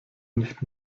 nicht